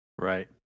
Right